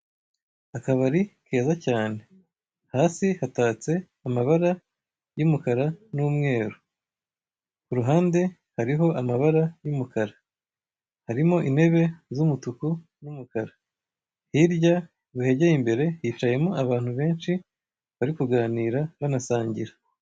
Akabari keza cyane! Hasi hatatse amabara y'umukara n'umweru, ku ruhande hariho amabara y'umukara, harimo intebe z'umutuku n'umukara; hirya hIgiye imbere hicayemo abantu benshi, bari kuganira banasangira.